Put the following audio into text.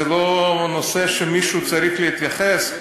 זה לא נושא שמישהו צריך להתייחס אליו?